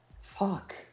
fuck